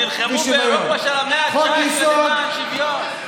שנלחמו באירופה של המאה ה-19 למען שוויון,